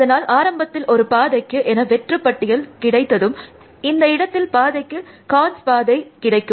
அதனால் ஆரம்பத்தில் ஒரு பாதைக்கு என வெற்று பட்டியல் கிடைத்ததும் இந்த இடத்தில் பாதைக்கு கான்ஸ் G பாதை கிடைக்கும்